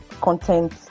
content